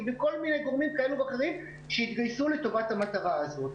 וכל מיני גורמים כאלו ואחרים שהתגייסו לטובת המטרה הזו.